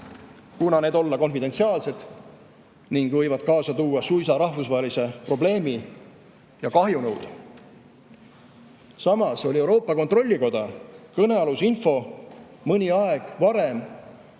kuna need olla konfidentsiaalsed ning võivat kaasa tuua suisa rahvusvahelise probleemi ja kahjunõude. Samas oli Euroopa Kontrollikoda kõnealuse info mõni aeg varem samasuguses